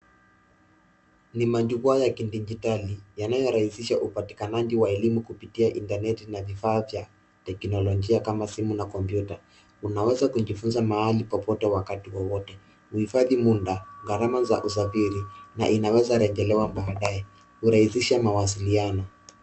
Ni majukwaa ya kidijitali yanayorahisisha upatikanaji wa elimu kupitia intaneti na vifaa vya teknolojia kama simu na kumpyuta unaweza kujifunza mahali popote wakati wowote, uhifadhi muda gharama za usafiri na inaweza rejelewa baadaye. Hurahisisha mawasiliano.